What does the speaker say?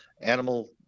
animal